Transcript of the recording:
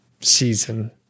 season